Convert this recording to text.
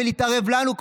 להתערב לנו,